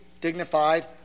dignified